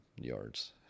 yards